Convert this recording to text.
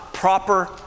proper